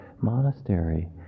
monastery